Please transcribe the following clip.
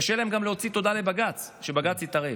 קשה להם גם להוציא תודה לבג"ץ על שבג"ץ התערב.